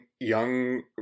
young